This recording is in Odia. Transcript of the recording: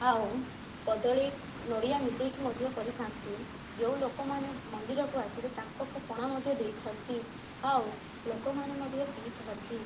ଆଉ କଦଳୀ ନଡ଼ିଆ ମିଶାଇକି ମଧ୍ୟ କରିଥାନ୍ତି ଯେଉଁ ଲୋକମାନେ ମନ୍ଦିରକୁ ଆସିବେ ତାଙ୍କଙ୍କୁ ପଣା ମଧ୍ୟ ଦେଇଥାନ୍ତି ଆଉ ଲୋକମାନେ ମଧ୍ୟ ପିଇଥାନ୍ତି